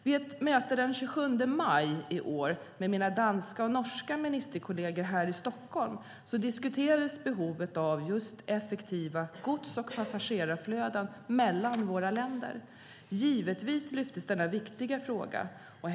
Vid ett möte den 27 maj i år med mina danska och norska ministerkollegor här i Stockholm diskuterades behovet av effektiva gods och passagerarflöden mellan våra länder. Givetvis lyftes då denna viktiga fråga upp.